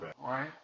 right